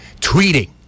tweeting